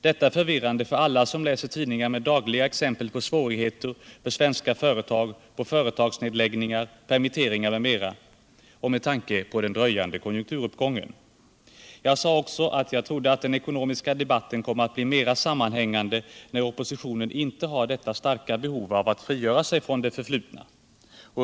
Detta är förvirrande för alla som läser tidningar med dagliga exempel på svårigheter för svenska företag, på företagsnedläggningar, permitteringar m.m. och med tanke på den dröjande konjunkturuppgången.” Jag sade också att jag trodde ”att den ekonomiska debatten kommer att bli mer sammanhängande när oppositionen inte har detta starka behov att frigöra sig från sitt förflutna”.